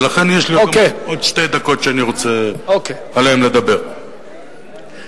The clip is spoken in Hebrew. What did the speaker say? יש עוד שתי דקות שאני רוצה לדבר בהן.